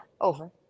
over